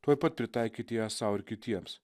tuoj pat pritaikyti ją sau ir kitiems